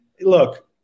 look